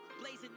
blazing